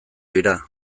dira